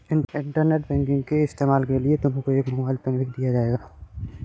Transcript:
internet banking के इस्तेमाल के लिए तुमको एक मोबाइल पिन भी दिया जाएगा